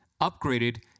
upgraded